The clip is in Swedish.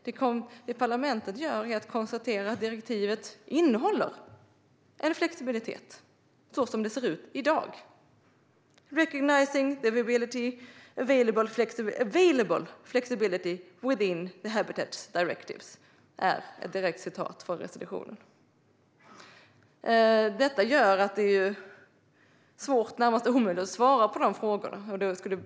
Det parlamentet gör är att konstatera att direktivet innehåller en flexibilitet som det ser ut i dag: "recognising the available flexibility within the Habitats Directive" är ett direkt citat från resolutionen. Detta gör att det är svårt, närmast omöjligt, att svara på frågorna.